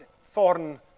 foreign